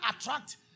attract